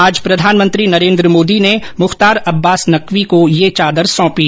आज प्रधानमंत्री नरेन्द्र मोदी ने श्री मुख्तार अब्बास नकवी को ये चादर सौंपी